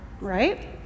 right